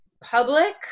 public